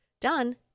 done